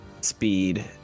speed